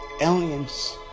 aliens